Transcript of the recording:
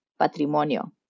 patrimonio